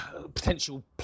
potential